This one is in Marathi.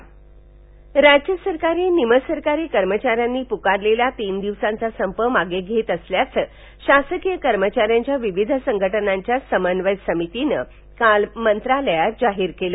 राज्य सरकार कर्मचारी संप राज्य सरकारी निमसरकारी कर्मचाऱ्यांनी पुकारबेला तीन दिवसांचा संप मागे घेत असल्याचं शासकीय कर्मचाऱ्यांच्या विविध संघटनांच्या समन्वय समितीनं काल मंत्रालयात जाहीर केलं